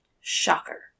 Shocker